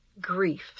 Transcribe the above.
Grief